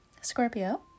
Scorpio